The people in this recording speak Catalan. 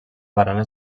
barana